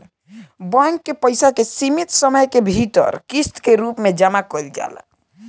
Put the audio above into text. bank के पइसा के सीमित समय के भीतर किस्त के रूप में जामा कईल जाला